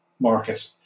market